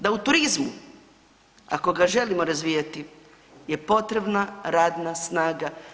Da u turizmu, ako ga želimo razvijati je potrebna radna snaga.